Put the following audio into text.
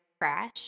crash